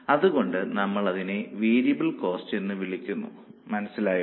അതുകൊണ്ടാണ് നമ്മൾ അതിനെ വേരിയബിൾ കോസ്റ്റ് എന്ന് വിളിക്കുന്നത് മനസ്സിലായോ